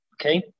Okay